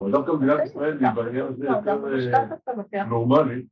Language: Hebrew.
‫אבל דווקא מדינת ישראלי, ‫בעניין הזה יותר נורמלית.